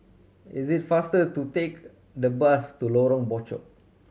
it is faster to take the bus to Lorong Bachok